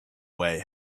way